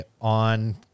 on